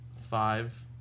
five